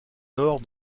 nord